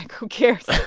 who cares?